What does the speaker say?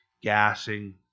gassing